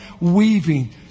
weaving